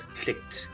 clicked